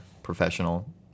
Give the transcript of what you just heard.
professional